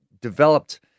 developed